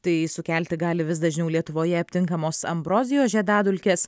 tai sukelti gali vis dažniau lietuvoje aptinkamos ambrozijos žiedadulkės